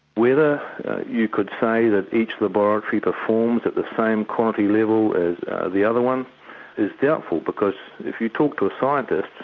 whether you could say that each laboratory performs at the same quality level as the other one is doubtful, because if you talk to a scientist,